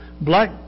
black